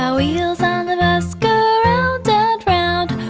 ah wheels on the bus go round